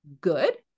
good